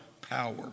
power